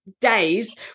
days